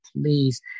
please